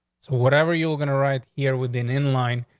so whatever you're gonna right here within in line,